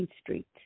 Street